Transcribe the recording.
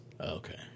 Okay